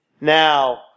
Now